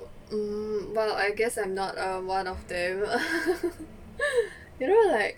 um well I guess I'm not err one of them you know like